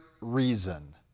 reason